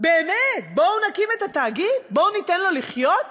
באמת נקים את התאגיד, בואו ניתן לו לחיות,